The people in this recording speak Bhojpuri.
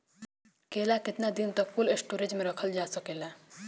केला केतना दिन तक कोल्ड स्टोरेज में रखल जा सकेला?